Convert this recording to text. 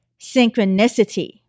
synchronicity